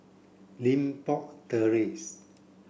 Limbok Terrace